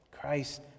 Christ